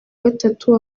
gatatu